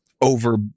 over